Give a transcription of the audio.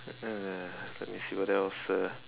and uh let me see what else uh